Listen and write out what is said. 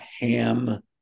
Ham